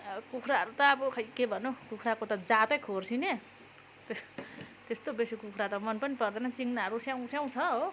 कुखुराहरू त अब खोइ के भन्नु कुखुराको त जातै खोस्रिने त्यस्तो बेसी कुखुरा त मन पनि पर्दैन चिङ्नाहरू स्याउँ स्याउँ छ हो